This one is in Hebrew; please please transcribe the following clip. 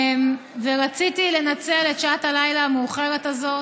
רציתי לנצל את שעת הלילה המאוחרת הזאת,